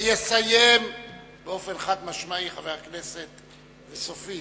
ויסיים באופן חד-משמעי וסופי,